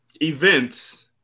events